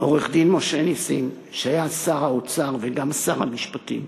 עורך-דין משה נסים, שהיה שר האוצר וגם שר המשפטים,